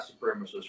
supremacists